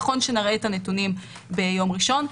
נראה את הדינוים ביום ראשון.